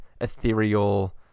ethereal